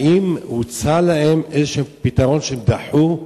האם הוצע להם איזה פתרון שהם דחו,